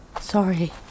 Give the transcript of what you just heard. Sorry